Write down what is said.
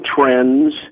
trends